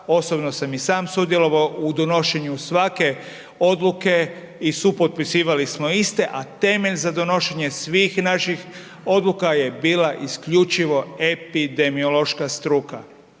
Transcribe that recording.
osobno sam i sam sudjelovao u donošenju svake odluke i supotpisivali smo iste, a temelj za donošenje svih naših odluka je bila isključivo epidemiološka struka,